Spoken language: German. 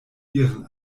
ihren